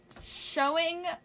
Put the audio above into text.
showing